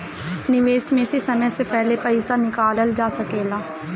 निवेश में से समय से पहले पईसा निकालल जा सेकला?